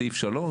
סעיף 3,